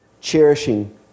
cherishing